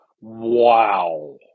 wow